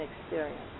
experience